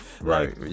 right